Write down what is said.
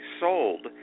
sold